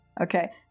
Okay